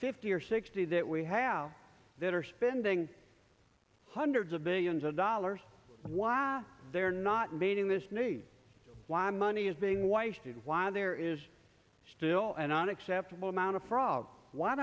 fifty or sixty that we have that are spending hundreds of billions of dollars why they're not meeting this need why money is being wife did why there is still an unacceptable amount of fraud why